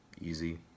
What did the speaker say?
easy